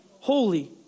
holy